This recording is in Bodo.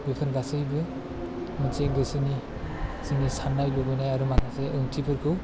बेफोर गासैबो मोनसे गोसोनि जोंनि साननाय लुबैनाय आरो माखासे ओंथि फोरखौ